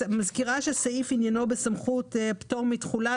אני מזכירה שעניינו של הסעיף הוא בסמכות פטור מתחולה,